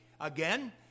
again